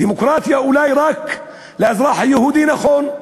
דמוקרטיה אולי רק לאזרח היהודי, נכון.